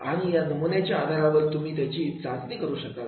आणि या नमुन्याच्या आधारावर तुम्ही त्याची चाचणी करू शकाल